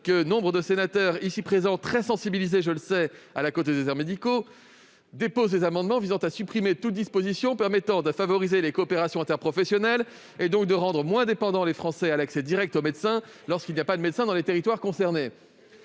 que nombre de sénateurs ici présents, pourtant très sensibles, je le sais, à la cause des déserts médicaux, déposent des amendements tendant à supprimer toute disposition permettant de favoriser les coopérations interprofessionnelles et de rendre ainsi les Français moins dépendants à l'accès direct au médecin lorsqu'il n'y a pas de praticiens dans les territoires concernés.